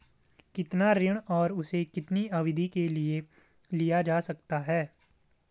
कितना ऋण और उसे कितनी अवधि के लिए लिया जा सकता है?